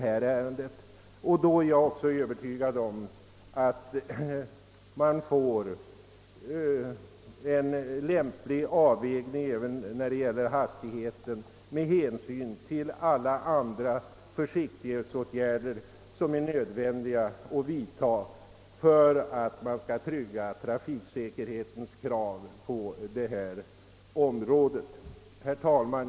Av samma anledning är jag övertygad om att en lämplig avvägning kommer att göras även beträffande hastigheten med hänsyn till alla de andra försiktighetsåtgärder, som är nödvändiga att vidtaga för att trygga kraven på trafiksäkerhet i detta sammanhang. Herr talman!